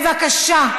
בבקשה.